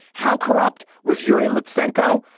how corrupt was your elite sancho.